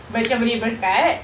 macam beli berkat